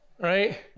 right